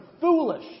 foolish